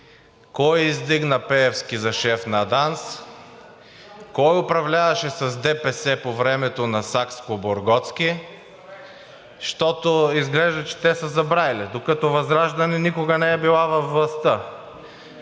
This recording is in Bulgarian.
кой издигна Пеевски за шеф на ДАНС, кой управляваше с ДПС по времето на Сакскобургготски, защото изглежда, че те са забравили. Докато ВЪЗРАЖДАНЕ никога не е била във властта.